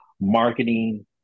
marketing